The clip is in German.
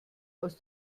aus